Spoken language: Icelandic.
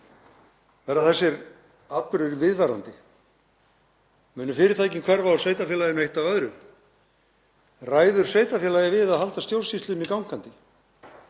Verða þessir atburðir viðvarandi? Munu fyrirtækin hverfa úr sveitarfélaginu, eitt af öðru? Ræður sveitarfélagið við að halda stjórnsýslunni gangandi?